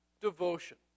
devotion